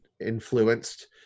influenced